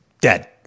dead